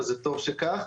וטוב שכך.